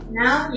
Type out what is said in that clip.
now